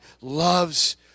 loves